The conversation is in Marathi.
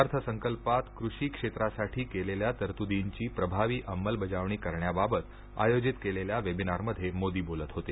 अर्थसंकल्पात कृषी आणि क्षेत्रासाठी केलेल्या तरतुदींची प्रभावी अंमलबजावणी करण्याबाबत आयोजित केलेल्या वेबिनारमध्ये मोदी बोलत होते